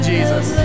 Jesus